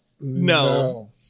no